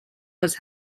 was